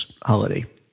holiday